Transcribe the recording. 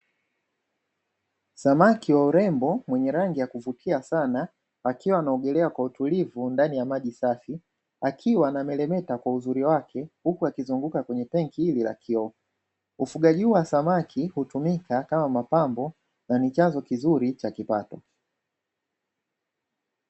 Samaki wa urembo mwenye rangi ya kuvutia sana akiwa anaogelea kwa utulivu ndani ya maji safi. akiwa anameremeta kwa uzuri wake huku akizunguka kwenye tangi hili la kioo ufugaji huu wa samaki hutumika kama mapambo na ni chanzo kizuri cha kipato.